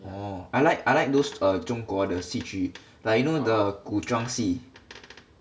orh I like I like those err 中国的戏剧 like you know the 古装戏